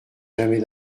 jamais